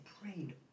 prayed